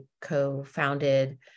co-founded